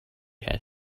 had